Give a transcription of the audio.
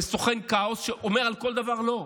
לסוכן הכאוס שאומר על כל דבר לא,